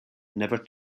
never